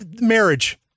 marriage